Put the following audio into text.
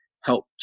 help